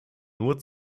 nur